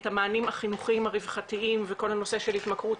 את המענים החינוכיים הרווחתיים וכל הנושא של התמכרות,